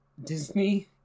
Disney